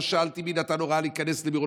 לא שאלתי מי נתן הוראה להיכנס למירון,